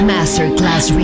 Masterclass